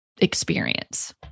experience